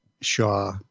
Shaw